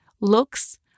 looks